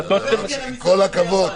הוא מדבר איתי על המסעדות ביוון.